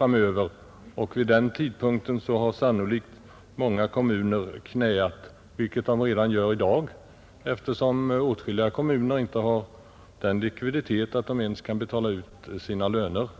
När beredningen blir klar med sitt arbete har sannolikt många kommuner börjat knäa, något som åtskilliga kommuner gör redan i dag, t.ex. de kommuner som har så dålig likviditet att de för närvarande inte ens kan betala ut sina anställdas